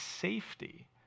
safety